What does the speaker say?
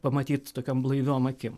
pamatyt tokiom blaiviom akim